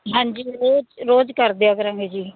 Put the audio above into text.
ਹਾਂਜੀ ਰੋਜ਼ ਰੋਜ਼ ਕਰਦਿਆਂ ਕਰਾਂਗੇ ਜੀ